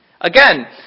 Again